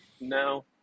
no